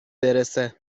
برسه